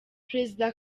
perezida